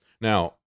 Now